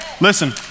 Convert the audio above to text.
listen